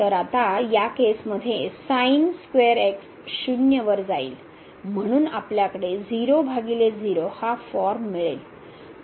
तर आता या केसमध्ये sin square शून्य 0 वर जाईलम्हणून आपल्याकडे 0 भागिले 0 हा फॉर्म मिळेल